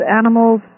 animals